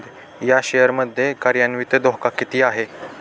या शेअर मध्ये कार्यान्वित धोका किती आहे?